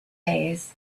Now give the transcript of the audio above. days